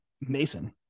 Mason